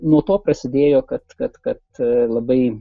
nuo to prasidėjo kad kad kad labai